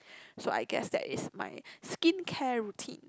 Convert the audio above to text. so I guess that is my skin care routine